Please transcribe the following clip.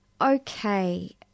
Okay